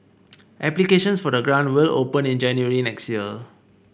applications for the grant will open in January next year